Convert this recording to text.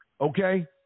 okay